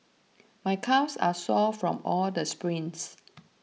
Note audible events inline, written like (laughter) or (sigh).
my calves are sore from all the sprints (noise)